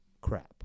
crap